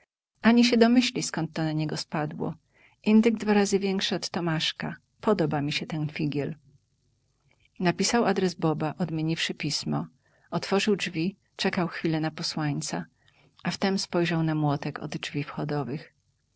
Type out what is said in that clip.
ani się domyśli skąd to na niego spadło indyk dwa razy większy od tomaszka podoba mi się ten figiel napisał adres boba odmieniwszy pismo otworzył drzwi czekał chwilę na posłańca a wtem spojrzał na młotek od drzwi wchodowych